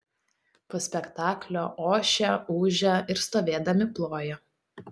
po spektaklio ošia ūžia ir stovėdami ploja